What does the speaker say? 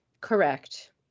Correct